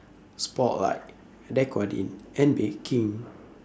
Spotlight Dequadin and Bake King